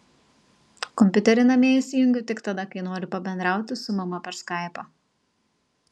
kompiuterį namie įsijungiu tik tada kai noriu pabendrauti su mama per skaipą